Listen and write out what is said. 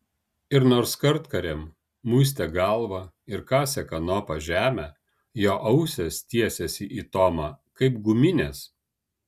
ir nors kartkartėm muistė galvą ir kasė kanopa žemę jo ausys tiesėsi į tomą kaip guminės